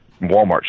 Walmart